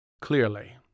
Clearly